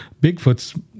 Bigfoots